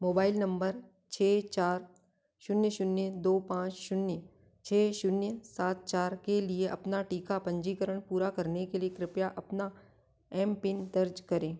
mobile number छः चार शून्य शून्य दो पाँच शून्य छः शून्य सात चार के लिए अपना टीका पंजीकरण पूरा करने के लिए कृपया अपना एमपिन दर्ज करें